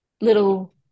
little